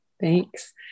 thanks